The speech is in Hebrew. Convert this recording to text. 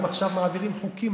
הם עכשיו מעבירים חוקים.